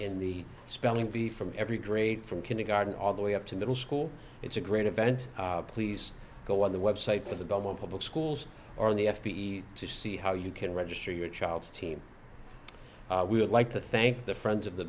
in the spelling bee from every grade from kindergarten all the way up to middle school it's a great event please go on the website for the government public schools or the f b i to see how you can register your child's team we would like to thank the friends of the